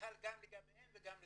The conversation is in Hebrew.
חל גם לגביהם וגם לגבינו.